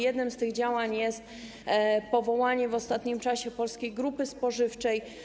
Jednym z tych działań jest powołanie w ostatnim czasie polskiej grupy spożywczej.